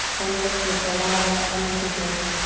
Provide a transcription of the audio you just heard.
thumbs up to the third eye, that inner teacher.